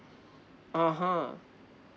(uh huh)